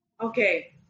Okay